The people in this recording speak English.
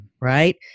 Right